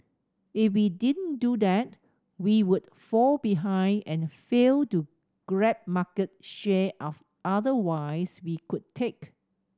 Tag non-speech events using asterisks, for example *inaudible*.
if we didn't do that we would fall behind and fail to grab market share *unintelligible* otherwise we could take